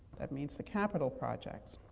that means the capital projects.